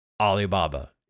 Alibaba